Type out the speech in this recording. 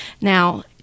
Now